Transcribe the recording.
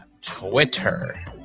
Twitter